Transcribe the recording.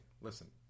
Listen